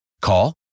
Call